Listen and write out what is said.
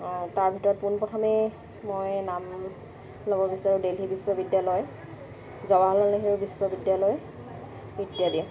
তাৰ ভিতৰত পোনপ্ৰথমেই মই নাম ল'ব বিচাৰোঁ দেলহী বিশ্ববিদ্যালয় জৱাহৰ লাল নেহেৰু বিশ্ববিদ্যালয় ইত্যাদি